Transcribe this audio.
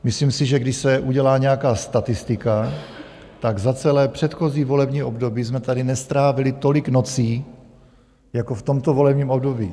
Myslím si, že když se udělá nějaká statistika, tak za celé předchozí volební období jsme tady nestrávili tolik nocí jako v tomto volebním období.